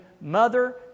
mother